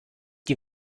die